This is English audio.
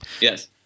Yes